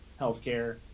healthcare